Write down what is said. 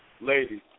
ladies